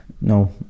no